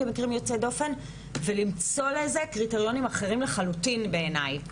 כמקרים יוצאי דופן ולמצוא לזה קריטריונים אחרים לחלוטין בעייני,